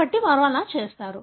కాబట్టి వారు అలా చేసారు